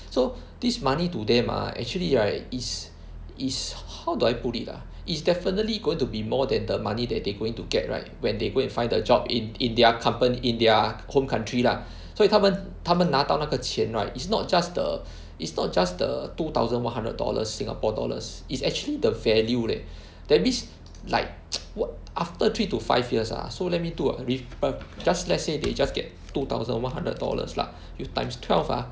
so this money to them ah actually right is is how do I put it ah is definitely going to be more than the money that they are going to get right when they go and find a job in in their company in their home country lah 所以他们他们拿到那个钱 right is not just the it's not just the two thousand one hundred dollars Singapore dollars is actually the value leh that means like what after three to five years ah so let me do a re~ err just let's say they just get two thousand one hundred dollars lah you times twelve ah